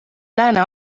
lääne